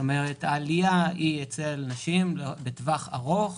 כלומר העלייה היא אצל נשים בטווח ארוך,